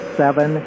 seven